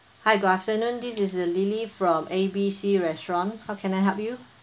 hi good afternoon this is the lily from A B C restaurant how can I help you